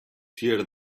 tear